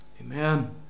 Amen